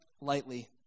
lightly